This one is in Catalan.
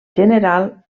general